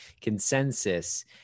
consensus